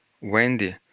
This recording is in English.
Wendy